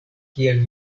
kiel